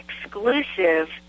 exclusive